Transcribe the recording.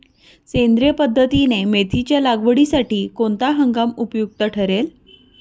सेंद्रिय पद्धतीने मेथीच्या लागवडीसाठी कोणता हंगाम उपयुक्त ठरेल?